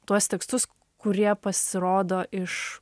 tuos tekstus kurie pasirodo iš